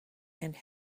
and